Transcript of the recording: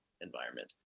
environment